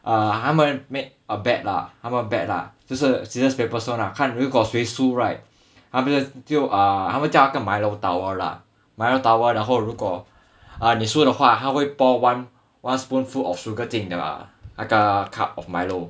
uh 他们 made a bet lah 他们 bet lah 就是 scissors paper stone ah 看谁输 right 他不是就 uh 他们叫那个 milo tower lah milo tower 然后如果你输的话他会 pour one spoonful of sugar 进那个 cup of milo